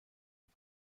مدت